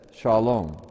Shalom